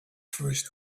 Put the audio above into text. first